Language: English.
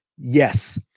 Yes